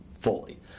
fully